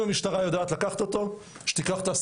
אם המשטרה יודעת לקחת אותו,